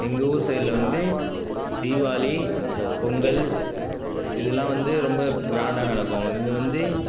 எங்கள் ஊர் சைட்டில் வந்து தீபாளி பொங்கல் இதுலாம் வந்து ரொம்ப க்ராண்டாக நடக்கும் இது வந்து